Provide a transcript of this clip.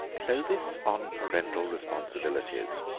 clovis on parental responsibilities,